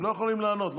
הם לא יכולים לענות.